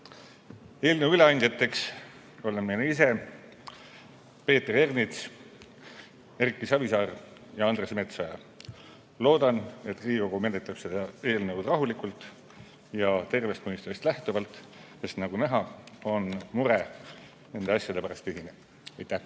Eelnõu üleandjateks oleme mina ise, Peeter Ernits, Erki Savisaar ja Andres Metsoja. Loodan, et Riigikogu menetleb seda eelnõu rahulikult ja tervest mõistusest lähtuvalt, sest nagu näha, on mure nende asjade pärast ühine. Aitäh!